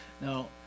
Now